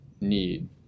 need